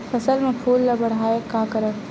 फसल म फूल ल बढ़ाय का करन?